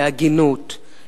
להגינות,